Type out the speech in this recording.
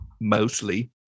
Mostly